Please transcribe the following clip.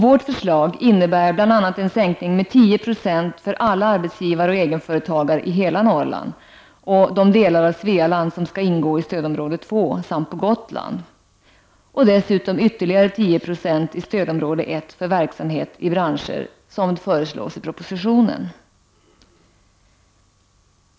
Vårt förslag innebär bl.a. en sänkning med 10 9 för alla arbetsgivare och egenföretagare i hela Norrland och de delar av Svealand som skall ingå i stödområde 2 samt på Gotland, dessutom ytterligare 10 26 i stödområde 1 för verksamhet i branscher som det föreslås i propositionen.